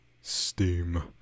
Steam